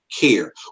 care